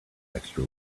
extra